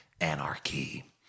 anarchy